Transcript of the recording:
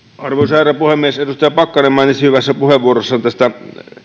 herra puhemies edustaja pakkanen mainitsi hyvässä puheenvuorossaan tästä